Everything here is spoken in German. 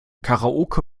karaoke